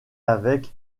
avec